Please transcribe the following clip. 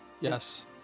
Yes